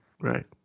Right